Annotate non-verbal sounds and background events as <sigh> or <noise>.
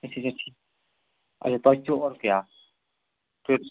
اَچھا اَچھا ٹھیٖک اَچھا تۄہہِ چھُو اورکُے اَکھ <unintelligible>